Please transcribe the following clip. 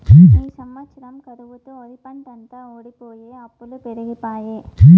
ఈ సంవత్సరం కరువుతో ఒరిపంటంతా వోడిపోయె అప్పులు పెరిగిపాయె